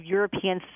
European